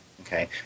Okay